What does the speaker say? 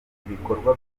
ibikorwa